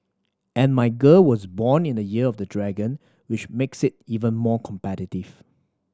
and my girl was born in the Year of the Dragon which makes it even more competitive